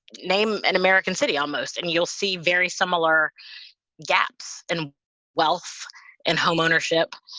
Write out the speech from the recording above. name an american city almost, and you'll see very similar gaps in wealth and homeownership,